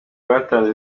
batanze